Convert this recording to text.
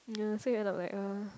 ya so you end up like ugh